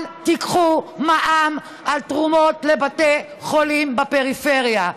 אל תיקחו מע"מ על תרומות לבתי חולים בפריפריה.